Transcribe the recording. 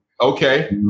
okay